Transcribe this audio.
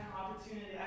opportunity